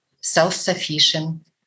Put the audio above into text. self-sufficient